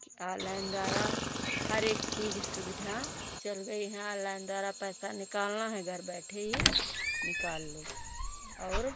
कि ऑनलाइन द्वारा हर एक चीज़ सुविधा चल गई है ऑनलाइन द्वारा पैसा निकालना है घर बैठे ही निकाल लो और